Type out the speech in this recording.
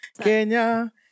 Kenya